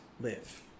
live